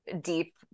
deep